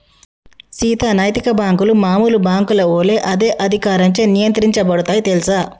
సీత నైతిక బాంకులు మామూలు బాంకుల ఒలే అదే అధికారంచే నియంత్రించబడుతాయి తెల్సా